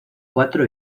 cuatro